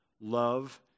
love